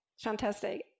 Fantastic